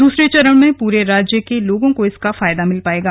दूसरे चरण में पूरे राज्य के लोगों को इसका लाभ मिलेगा